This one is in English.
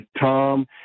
Tom